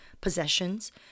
possessions